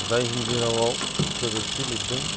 जाय हिन्दि रावआव सोदोबथि लिरदों